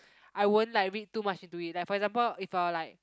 I won't like read too much into it like for example if a like